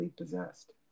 possessed